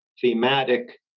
thematic